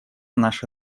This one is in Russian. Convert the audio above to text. наша